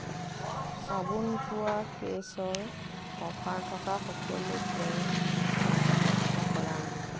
চাবোন থোৱা কেছৰ অফাৰ থকা সকলো ব্ৰেণ্ড তালিকাবদ্ধ কৰা